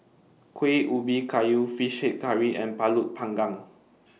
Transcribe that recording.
Kuih Ubi Kayu Fish Head Curry and Pulut Panggang